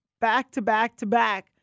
back-to-back-to-back